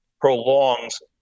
prolongs